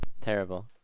terrible